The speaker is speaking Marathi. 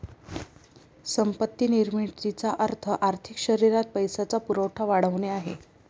संपत्ती निर्मितीचा अर्थ आर्थिक शरीरात पैशाचा पुरवठा वाढवणे आहे